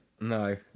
No